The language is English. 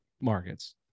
markets